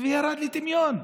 וירד לטמיון.